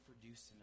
produced